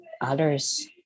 others